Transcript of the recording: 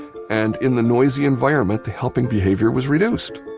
and in the noisy environment the helping behavior was reduced.